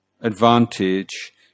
advantage